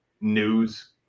news